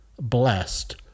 blessed